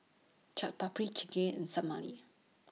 Chaat Papri Chigenabe and Salami